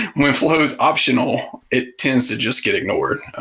mean, flow is optional, it tends to just get ignored.